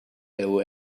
owe